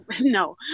No